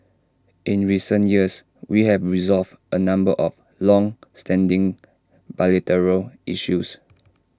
in recent years we have resolved A number of longstanding bilateral issues